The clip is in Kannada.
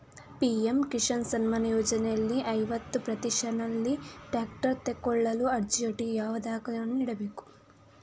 ಪಿ.ಎಂ ಕಿಸಾನ್ ಸಮ್ಮಾನ ಯೋಜನೆಯಲ್ಲಿ ಐವತ್ತು ಪ್ರತಿಶತನಲ್ಲಿ ಟ್ರ್ಯಾಕ್ಟರ್ ತೆಕೊಳ್ಳಲು ಅರ್ಜಿಯೊಟ್ಟಿಗೆ ಯಾವ ದಾಖಲೆಗಳನ್ನು ಇಡ್ಬೇಕು?